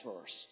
first